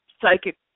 psychic